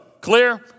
Clear